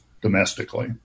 domestically